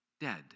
dead